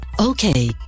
Okay